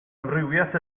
amrywiaeth